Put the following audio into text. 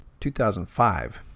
2005